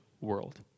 world